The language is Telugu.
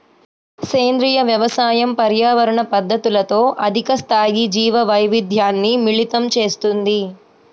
సేంద్రీయ వ్యవసాయం పర్యావరణ పద్ధతులతో అధిక స్థాయి జీవవైవిధ్యాన్ని మిళితం చేస్తుంది